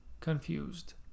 confused